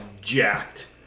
jacked